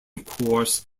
course